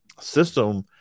system